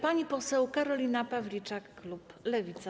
Pani poseł Karolina Pawliczak, klub Lewica.